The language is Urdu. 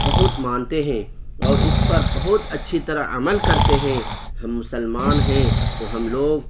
بہت مانتے ہیں اور اس پر بہت اچھی طرح عمل کرتے ہیں ہم مسلمان ہیں تو ہم لوگ